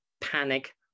panic